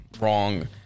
wrong